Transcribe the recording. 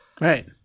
Right